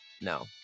No